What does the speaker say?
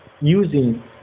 using